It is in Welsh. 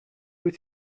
dwyt